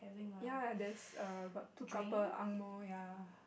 ya there's err got two couple angmoh ya